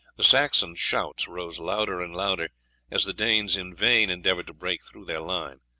the saxon shouts rose louder and louder as the danes in vain endeavoured to break through their line.